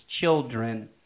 Children